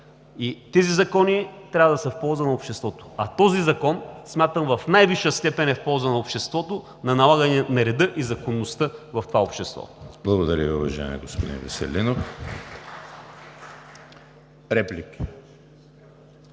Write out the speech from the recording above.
тези закони трябва да са в полза на обществото. А този закон смятам, че в най-висша степен е в полза на обществото, на налагане на реда и законността в това общество.